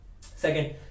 Second